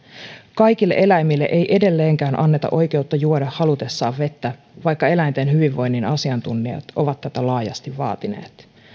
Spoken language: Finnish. kaikille eläimille ei edelleenkään anneta oikeutta juoda halutessaan vettä vaikka eläinten hyvinvoinnin asiantuntijat ovat tätä laajasti vaatineet